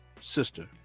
sister